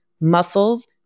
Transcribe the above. muscles